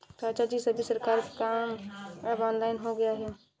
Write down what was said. चाचाजी, सभी सरकारी काम अब ऑनलाइन हो गया है